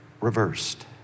Reversed